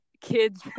kids